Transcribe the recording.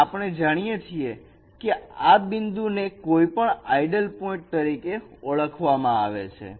અને આપણે જાણીએ છીએ કે આ બિંદુ ને પણ આઇડલ પોઇન્ટ તરીકે ઓળખવામાં આવે છે